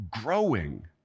growing